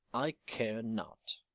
i care not.